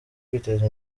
kwiteza